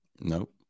Nope